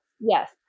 Yes